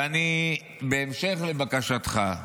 ובהמשך לבקשתך,